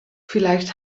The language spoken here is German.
vielleicht